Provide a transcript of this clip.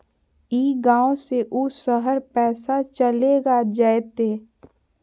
ई गांव से ऊ शहर पैसा चलेगा जयते?